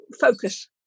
focus